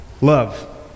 Love